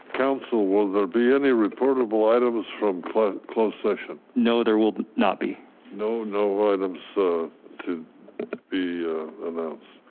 council, will there be any reportable items from closed session? no, there will not be no no items to be announced.